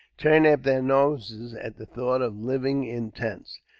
turn up their noses at the thought of living in tents,